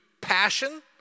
passion